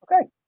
Okay